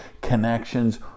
connections